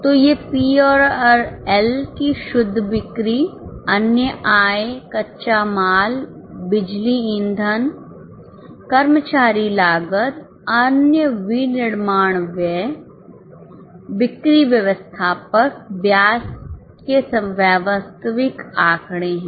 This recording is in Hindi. तो ये P और L की शुद्ध बिक्री अन्य आय कच्चा माल बिजली ईंधन कर्मचारी लागत अन्य विनिर्माण खर्च बिक्री व्यवस्थापक ब्याज के वास्तविक आंकड़े हैं